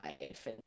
life